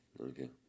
Okay